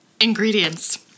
Ingredients